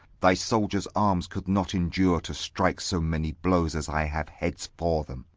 thy soldiers' arms could not endure to strike so many blows as i have heads for them.